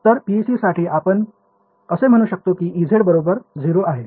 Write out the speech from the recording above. तर PEC साठी आपण असे म्हणू शकतो की Ez बरोबर 0 आहे